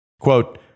Quote